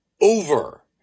Over